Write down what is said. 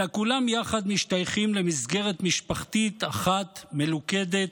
אלא כולם יחד משתייכים למסגרת משפחתית אחת מלוכדת,